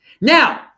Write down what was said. Now